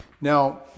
Now